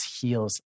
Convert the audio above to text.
heals